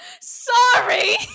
Sorry